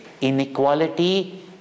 Inequality